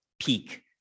peak